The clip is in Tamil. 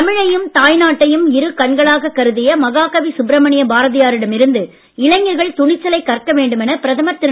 தமிழையும் தாய்நாட்டையும் இரு கண்களாகக் கருதிய மகாகவி சுப்ரமணிய பாரதியா ரிடம் இருந்து இளைஞர்கள் துணிச்சலைக் கற்க வேண்டுமென பிரதமர் திரு